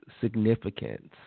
significance